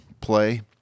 play